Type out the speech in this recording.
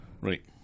Right